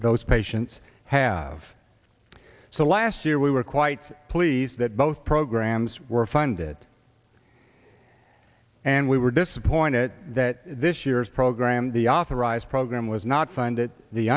those patients have so last year we were quite pleased that both programs were funded and we were disappointed that this year's program the authorized program was not funded the